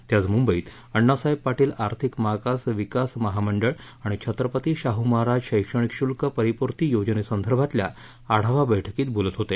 ते आज मुद्धईत अण्णासाहेब पारीील आर्थिक मागास विकास महामहीी आणि छत्रपती शाहू महाराज शैक्षणिक शुल्क परिपूर्ती योजनेसर्व्झांतल्या आढावा बैठकीत बोलत होते